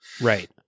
Right